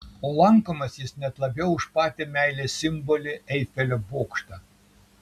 o lankomas jis net labiau už patį meilės simbolį eifelio bokštą